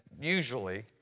usually